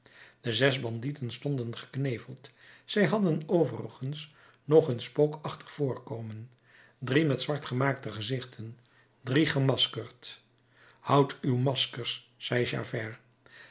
de zes bandieten stonden gekneveld zij hadden overigens nog hun spookachtig voorkomen drie met zwartgemaakte gezichten drie gemaskerd houdt uw maskers zei javert